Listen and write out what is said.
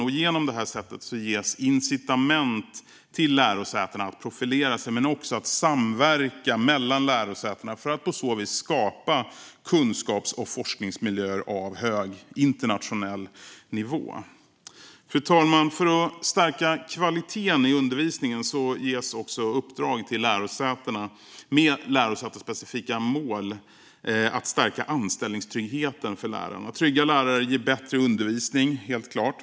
Därigenom ges incitament för lärosätena att profilera sig men också att samverka sinsemellan för att på så vis skapa kunskaps och forskningsmiljöer av hög internationell nivå. Fru talman! För att stärka kvaliteten i undervisningen ges det med lärosätesspecifika mål också uppdrag till lärosätena att stärka anställningstryggheten för lärarna. Trygga lärare ger bättre undervisning, helt klart.